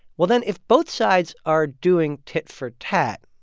well, then if both sides are doing tit for tat,